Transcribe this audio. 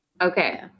Okay